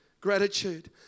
gratitude